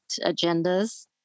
agendas